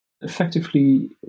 Effectively